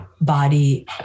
body